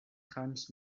hans